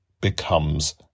becomes